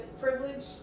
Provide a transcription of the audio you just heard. privilege